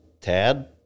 tad